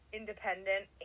independent